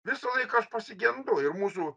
visą laiką aš pasigendu ir mūsų